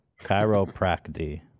chiropractic